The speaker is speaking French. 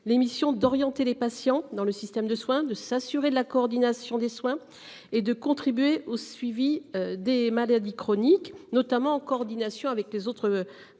l'émission d'orienter les patients dans le système de soins, de s'assurer la coordination des soins et de contribuer au suivi des maladies chroniques, notamment en coordination avec les autres